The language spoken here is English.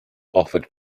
offered